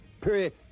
Period